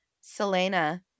Selena